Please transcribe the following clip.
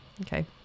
Okay